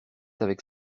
avec